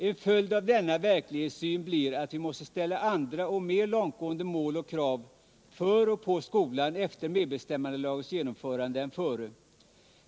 En följd av den ändrade verklighetssynen blir att vi måste ställa upp andra och mer långtgående mål för och krav på skolan efter medbestämmandelagens genomförande än före.